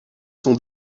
sont